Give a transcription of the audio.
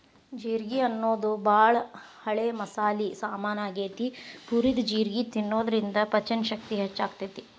ಜೇರ್ಗಿ ಅನ್ನೋದು ಬಾಳ ಹಳೆ ಮಸಾಲಿ ಸಾಮಾನ್ ಆಗೇತಿ, ಹುರಿದ ಜೇರ್ಗಿ ತಿನ್ನೋದ್ರಿಂದ ಪಚನಶಕ್ತಿ ಹೆಚ್ಚಾಗ್ತೇತಿ